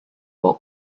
but